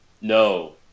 No